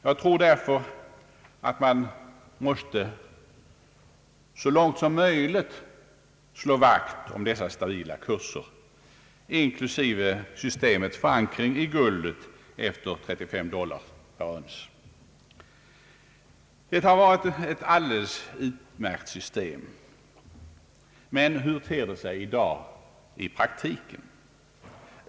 Jag tror därför att man måste så långt som möjligt slå vakt om dessa stabila kurser, inklusive systemets förankring i guldet efter 35 dollar per uns. Det har varit ett alldeles utmärkt system, men hur ter det sig i dag i praktiken?